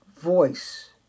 voice